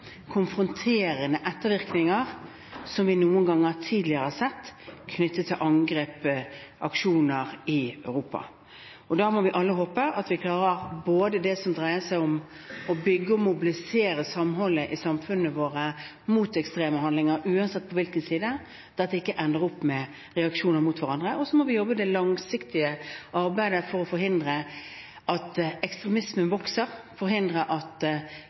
konfronterende ettervirkninger som vi noen ganger tidligere har sett, knyttet til angrep og aksjoner i Europa. Da må vi alle håpe at vi klarer det som dreier seg om både å bygge og mobilisere samholdet i samfunnene våre mot ekstreme handlinger, uansett på hvilken side, slik at dette ikke ender med reaksjoner mot hverandre. Vi må også jobbe med det langsiktige arbeidet for å forhindre at ekstremismen vokser, forhindre at